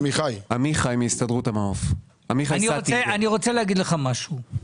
--- אני רוצה להגיד לך משהו.